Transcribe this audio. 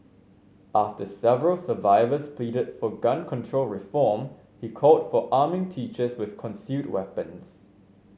after several survivors pleaded for gun control reform he called for arming teachers with concealed weapons